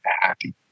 happy